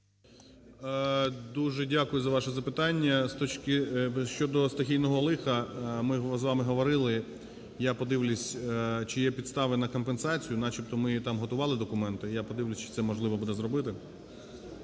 Дуже дякую за ваше запитання. З точки, щодо стихійного лиха ми з вами говорили. Я подивлюсь, чи є підстави на компенсацію, начебто ми там готували документи. Я подивлюсь, чи це можливо буде зробити.